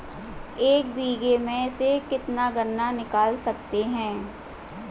एक बीघे में से कितना गन्ना निकाल सकते हैं?